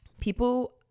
people